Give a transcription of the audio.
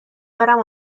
برم